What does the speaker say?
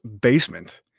basement